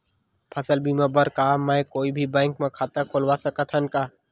फसल बीमा बर का मैं कोई भी बैंक म खाता खोलवा सकथन का?